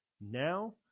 Now